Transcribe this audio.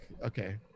Okay